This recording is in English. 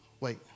wait